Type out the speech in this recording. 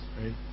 right